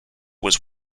was